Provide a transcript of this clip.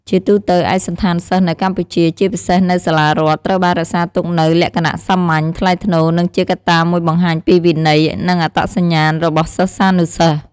ជាទូទៅ ឯកសណ្ឋានសិស្សនៅកម្ពុជា ជាពិសេសនៅសាលារដ្ឋ ត្រូវបានរក្សាទុកនូវលក្ខណៈសាមញ្ញ ថ្លៃថ្នូរ និងជាកត្តាមួយបង្ហាញពីវិន័យ និងអត្តសញ្ញាណរបស់សិស្សានុសិស្ស។